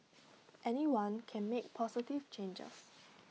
anyone can make positive changes